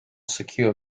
secure